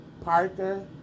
Parker